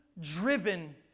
driven